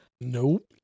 Nope